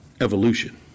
evolution